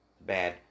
bad